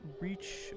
reach